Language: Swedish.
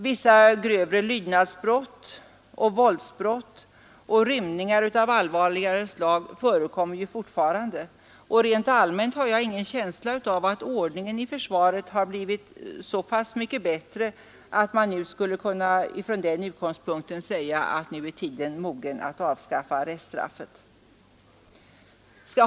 Vissa grövre lydnadsbrott och våldsbrott samt rymningar av allvarligare slag förekommer ju fortfarande, och rent allmänt har jag ingen känsla av att ordningen i försvaret blivit så pass mycket bättre, att man nu med den motiveringen skulle kunna säga att tiden är mogen att avskaffa arreststraffet.